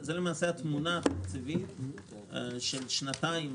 זה למעשה התמונה התקציבית של שנתיים